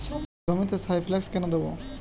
জমিতে সালফেক্স কেন দেবো?